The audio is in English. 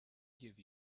give